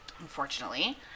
Unfortunately